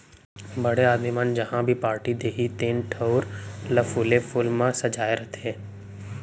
बड़े आदमी मन जहॉं भी पारटी देहीं तेन ठउर ल फूले फूल म सजाय रथें